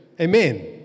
amen